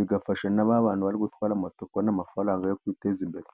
bigafasha na ba bantu bari gutwara moto kubona amafaranga yo kwiteza imbere.